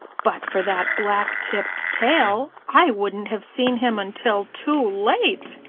but for that black-tipped tail i wouldn't have seen him until too late.